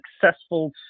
successful